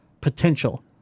potential